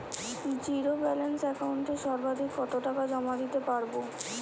Zero balance একাউন্টে সর্বাধিক কত টাকা জমা দিতে পারব?